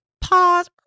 pause